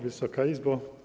Wysoka Izbo!